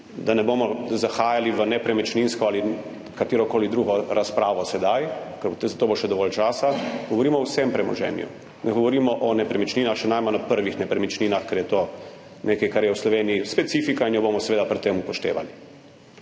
Da ne bomo zahajali v nepremičninsko ali katerokoli drugo razpravo sedaj, ker za to bo še dovolj časa, govorimo o vsem premoženju, ne govorimo o nepremičninah, še najmanj o prvih nepremičninah, ker je to nekaj, kar je v Sloveniji specifika, in jo bomo seveda pri tem upoštevali.